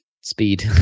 speed